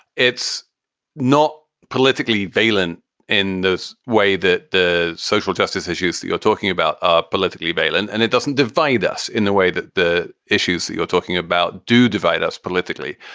it's not politically valen in this way that the social justice issues that you're talking about ah politically baylen. and it doesn't divide us in the way that the issues that you're talking about do divide us politically.